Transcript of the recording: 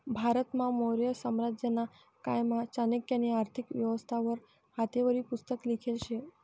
भारतमा मौर्य साम्राज्यना कायमा चाणक्यनी आर्थिक व्यवस्था वर हातेवरी पुस्तक लिखेल शे